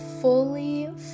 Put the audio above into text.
fully